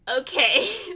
Okay